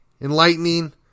enlightening